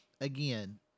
again